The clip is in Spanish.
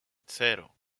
cero